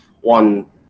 one